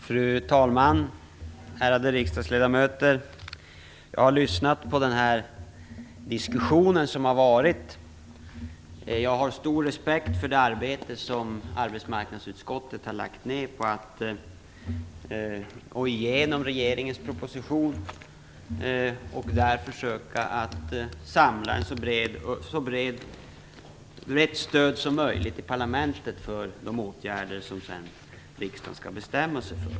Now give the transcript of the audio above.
Fru talman! Ärade riksdagsledamöter! Jag har lyssnat på den diskussion som har förts, och jag har stor respekt för det arbete som arbetsmarknadsutskottet har lagt ned på att gå igenom regeringens proposition, för att samla ett så brett stöd som möjligt i riksdagen för de åtgärder som denna sedan skall bestämma sig för.